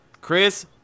Chris